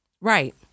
Right